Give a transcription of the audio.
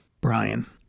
Brian